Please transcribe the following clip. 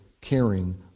caring